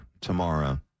tomorrow